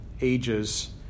ages